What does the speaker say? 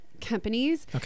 companies